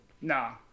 Nah